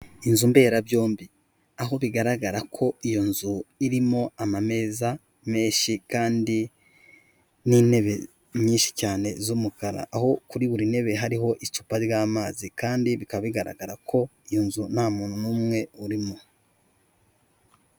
Inzu mberabyombi. Aho bigaragara ko iyo nzu irimo amameza menshi kandi n'intebe nyinshi cyane z'umukara, aho kuri buri ntebe hariho icupa ry'amazi kandi bikaba bigaragara ko inzu nta muntu n'umwe urimo.